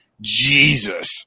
Jesus